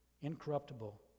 Incorruptible